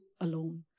alone